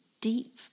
deep